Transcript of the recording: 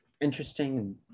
interesting